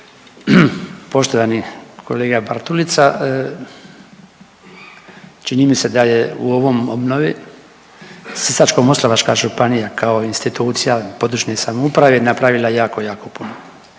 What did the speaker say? Poštovani kolega Bartulica, čini mi se da je u ovom obnovi Sisačko-moslavačka županija kao institucija područne samouprave napravila jako, jako puno.